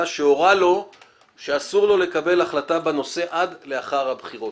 שהורה שאסור לו לקבל החלטה בנושא עד לאחר הבחירות.